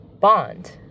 bond